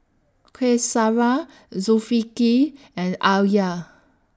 Qaisara Zulkifli and Alya